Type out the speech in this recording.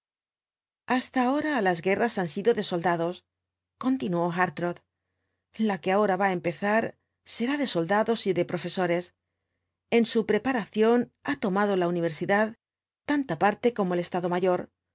hasta ahora las guerras han sido de soldados continuó hartrott la que ahora va á empezar será de soldados y de profesores en su preparación ha tomado la universidad tanta parte como el estado mayor